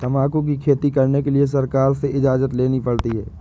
तंबाकू की खेती करने के लिए सरकार से इजाजत लेनी पड़ती है